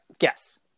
yes